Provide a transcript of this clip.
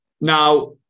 Now